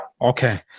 okay